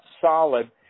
solid